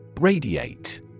Radiate